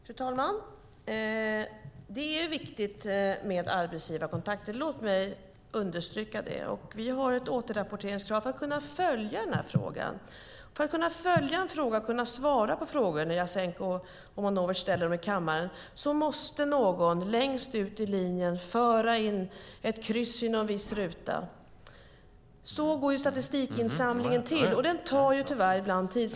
Fru talman! Det är viktigt med arbetsgivarkontakter. Låt mig understryka det. Vi har ett återrapporteringskrav för att kunna följa frågan. För att följa frågan och kunna svara på frågor när Jasenko Omanovic ställer dem i kammaren måste någon längst ut i linjen föra in ett kryss i en viss ruta. Så går statistikinsamlingen till. Det tar tyvärr ibland tid.